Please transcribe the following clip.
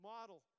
Model